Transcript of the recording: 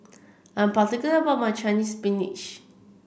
I'm particular about my Chinese Spinach